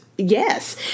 Yes